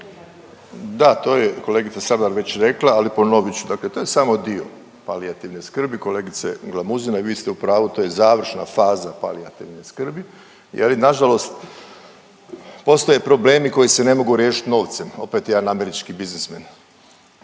Da, to je kolegica Sabljar već rekla, ali ponovit ću, dakle to je samo dio palijativne skrbi. Kolegice Glamuzina, i vi ste u pravu, to je završna faza palijativne skrbi je li nažalost postoje problemi koji se ne mogu riješit novcem, opet jedan američki biznismen.